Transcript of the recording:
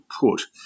put